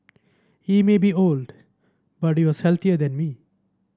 he may be old but he was healthier than me